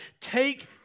Take